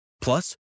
Plus